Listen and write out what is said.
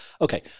okay